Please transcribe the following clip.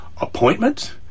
appointment